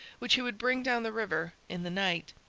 which he would bring down the river in the night.